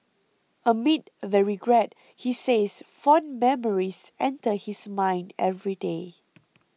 amid the regret he says fond memories enter his mind every day